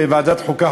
בוועדת החוקה,